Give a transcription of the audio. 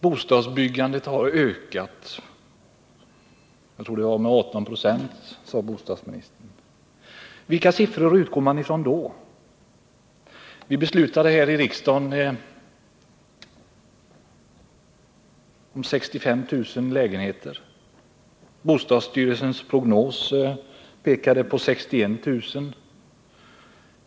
Bostadsbyggandet har ökat med 18 96, sade bostadsministern. Vilka siffror utgår man då från? Vi beslutade här i riksdagen om byggande av 65 000 lägenheter. Bostadsstyrelsens prognos pekade på 61 000.